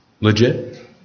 legit